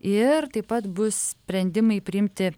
ir taip pat bus sprendimai priimti